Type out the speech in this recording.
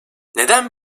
neden